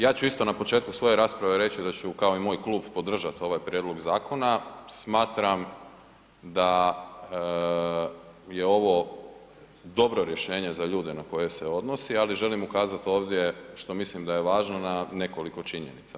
Ja ću isto na početku svoje rasprave reći da ću kao i moj klub podržati ovaj prijedlog zakona, smatram da je ovo dobro rješenje za ljude na koje se odnosi, ali želim ukazat ovdje što mislim da je važno na nekoliko činjenica.